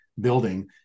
building